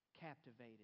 captivated